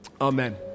Amen